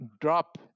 drop